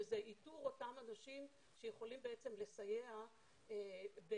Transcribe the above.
שזה איתור אותם אנשים שיכולים לסייע בהפחתת